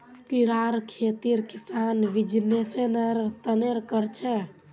कीड़ार खेती किसान बीजनिस्सेर तने कर छे